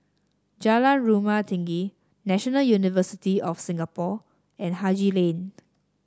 Jalan Rumah Tinggi National University of Singapore and Haji Lane